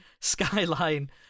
Skyline